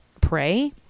pray